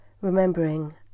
Remembering